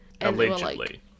Allegedly